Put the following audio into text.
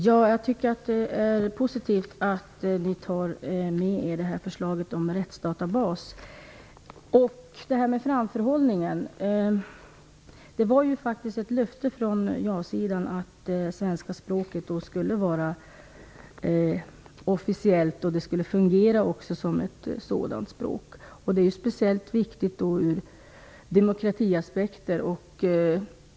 Fru talman! Det är positivt att statsrådet tar med sig förslaget om en rättsdatabas. När det gäller detta med framförhållningen vill jag säga att det faktiskt var ett löfte från ja-sidan att det svenska språket skulle vara officiellt och fungera som ett sådant språk också. Det är speciellt viktigt ur demokratiaspekter.